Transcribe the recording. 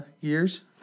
years